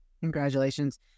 Congratulations